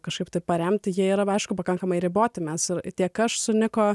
kažkaip taip paremti jie yra aišku pakankamai riboti mes tiek aš sunyko